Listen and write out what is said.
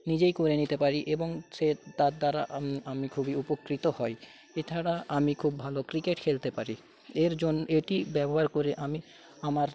নিজেই করে নিতে পারি এবং সে তার দ্বারা আমি খুবই উপকৃত হই এছাড়া আমি খুব ভালো ক্রিকেট খেলতে পারি এর জন্যে এটি ব্যবহার করে আমি আমার